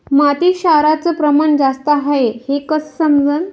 मातीत क्षाराचं प्रमान जास्त हाये हे कस समजन?